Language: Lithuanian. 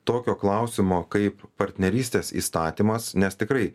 tokio klausimo kaip partnerystės įstatymas nes tikrai